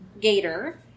gator